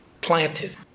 planted